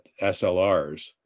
slrs